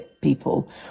people